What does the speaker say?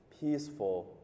peaceful